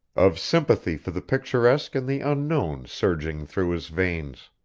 of sympathy for the picturesque and the unknown surging through his veins.